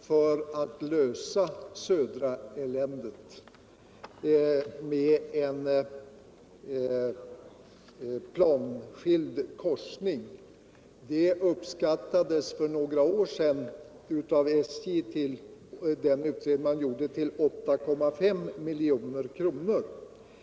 för att lösa ”Södra-eländet” genom en planskild korsning uppgå till 8,5 milj.kr.